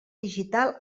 digital